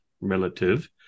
relative